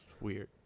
weird